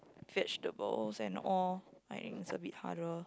vegetables and all like it is a bit harder